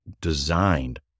designed